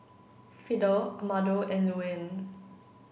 Fidel Amado and Luanne